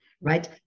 right